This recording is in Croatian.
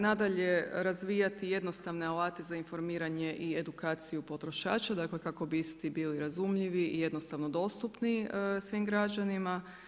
Nadalje, razvijati jednostavne alate za informiranje i edukaciju potrošača, dakle kako bi isti bili razumljivi i jednostavno dostupni svim građanima.